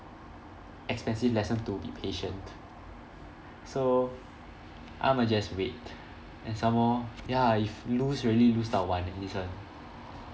expensive lesson to be patient so I might just wait and some more ya if lose really lose 到完 one eh this one